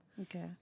Okay